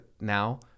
now